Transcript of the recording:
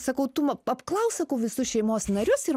sakau tu apklausk sakau visus šeimos narius ir